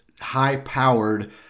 high-powered